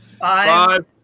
Five